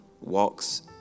walks